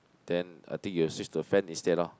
then I think you will switch to a fan instead lor